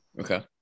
Okay